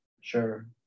Sure